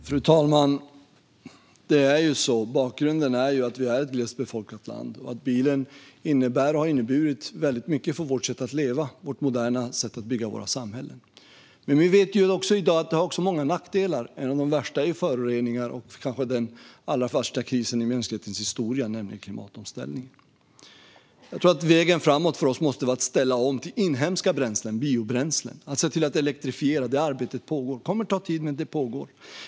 Fru talman! Bakgrunden är att vi är ett glesbefolkat land och att bilen innebär och har inneburit mycket för vårt sätt att leva och vårt moderna sätt att bygga våra samhällen. I dag vet vi att den också har många nackdelar, och en av de värsta är föroreningar. Men den allra värsta är den kanske största krisen i mänsklighetens historia, nämligen klimatomställningen. Jag tror att vägen framåt för oss måste vara att ställa om till inhemska bränslen och biobränslen och se till att elektrifiera. Detta arbete pågår, även om det kommer att ta tid.